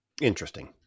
interesting